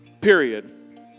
Period